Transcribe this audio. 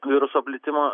viruso plitimo